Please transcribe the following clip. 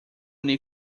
new